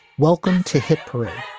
welcome to hit parade,